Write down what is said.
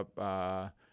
up